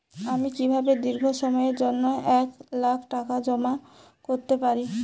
আমি কিভাবে দীর্ঘ সময়ের জন্য এক লাখ টাকা জমা করতে পারি?